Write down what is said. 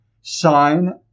sign